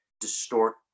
distort